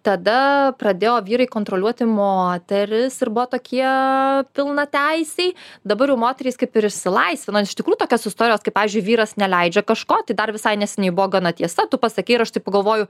tada pradėjo vyrai kontroliuoti moteris ir buvo tokie pilnateisiai dabar jau moterys kaip ir išsilaisvino nes iš tikrųjų tokios istorijos kai pavyzdžiui vyras neleidžia kažko tai dar visai neseniai buvo gana tiesa tu pasakei ir aš taip pagalvoju